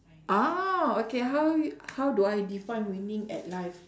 ah okay how y~ how do I define winning at life